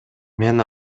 мен